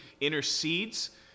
intercedes